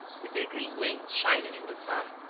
with their green wings shining in the sun,